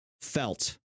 felt